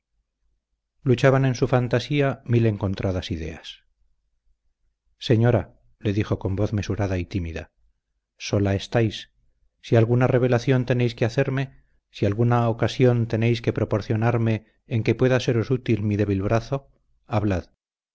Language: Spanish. luchaban en su fantasía mil encontradas ideas señora le dijo con voz mesurada y tímida sola estáis si alguna revelación tenéis que hacerme si alguna ocasión tenéis que proporcionarme en que pueda seros útil mi débil brazo hablad